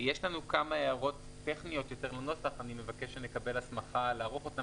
יש לנו כמה הערות טכניות לנוסח ואני מבקש שנקבל הסמכה לערוך אותן.